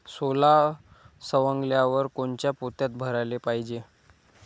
सोला सवंगल्यावर कोनच्या पोत्यात भराले पायजे?